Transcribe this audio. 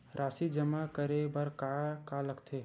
राशि जमा करे बर का का लगथे?